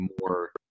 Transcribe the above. more